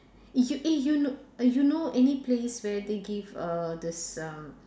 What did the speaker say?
eh you eh you kno~ you know any place where they give err this um